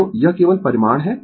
तो यह केवल परिमाण है